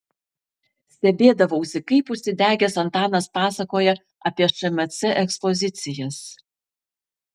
stebėdavausi kaip užsidegęs antanas pasakoja apie šmc ekspozicijas